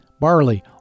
barley